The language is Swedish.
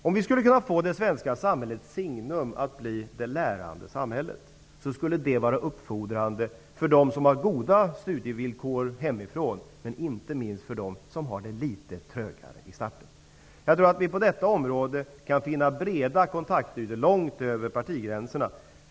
Om vi skulle kunna få det svenska samhällets signum att bli det lärande samhället, skulle det vara uppfordrande för dem som har goda studievillkor hemifrån och inte minst för dem som har det litet trögare i starten. Jag tror att vi kan finna breda kontaktytor långt över partigränserna på detta område.